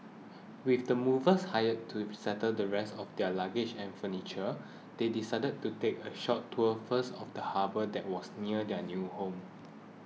with the movers hired to settle the rest of their luggage and furniture they decided to take a short tour first of the harbour that was near their new home